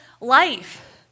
life